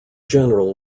general